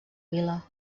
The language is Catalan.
vila